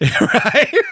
Right